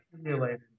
accumulated